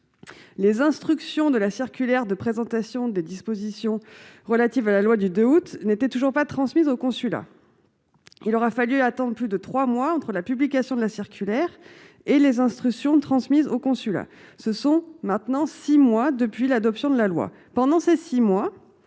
les instructions de la circulaire de présentation des dispositions relatives à la loi du 2 août n'était toujours pas transmise au consulat, il aura fallu attendent plus de 3 mois entre la publication de la circulaire et les instructions transmises au consulat, ce sont maintenant 6 mois depuis l'adoption de la loi pendant ces 6 mois,